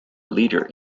leader